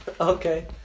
Okay